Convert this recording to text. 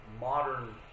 modern